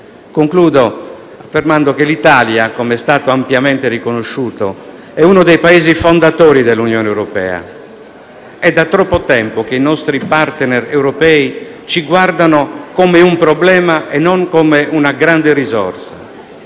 concludo affermando che l'Italia, come è stato ampiamente riconosciuto, è uno dei Paesi fondatori dell'Unione europea ed è da troppo tempo che i nostri *partner* europei ci guardano come un problema e non come una grande risorsa.